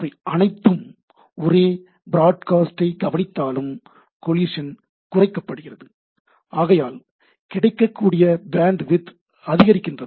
அவை அனைத்தும் ஒரே ப்ராட்கேஸ்ட்டை கவனித்தாலும் கோலிஷன் குறைக்கப்படுகிறது ஆகையால் கிடைக்கக்கூடிய பேண்ட்வித் அதிகரிக்கின்றது